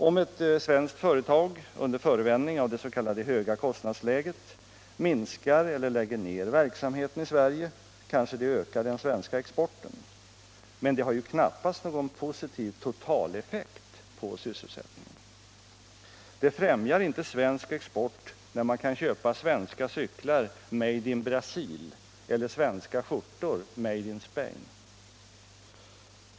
Om ett svenskt företag — under förevändning av det s.k. höga kostnadsläget —- minskar eller lägger ned verksamheten i Sverige kanske det ökar den svenska exporten, men det har ju knappast någon positiv totaleffekt på sysselsättningen. Det främjar inte svensk export när man kan köpa svenska cyklar ”made in Brazil” — och svenska skjortor ”made in Spain”.